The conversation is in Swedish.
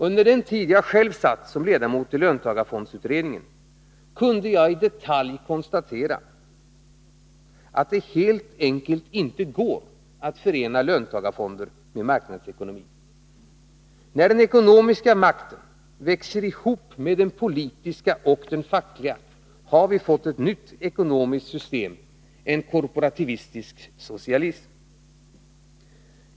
Under den tid jag själv satt som ledamot i löntagarfondsutredningen kunde jag i detalj konstatera att det helt enkelt inte går att förena löntagarfonder med marknadsekonomi. När den ekonomiska makten växer ihop med den politiska och den fackliga har vi fått ett nytt ekonomiskt system: en korporativistisk socialism.